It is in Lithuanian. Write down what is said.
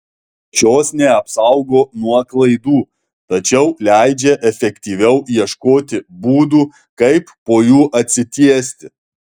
šios neapsaugo nuo klaidų tačiau leidžia efektyviau ieškoti būdų kaip po jų atsitiesti